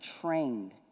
trained